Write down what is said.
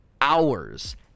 hours